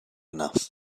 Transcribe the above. enough